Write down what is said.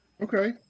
Okay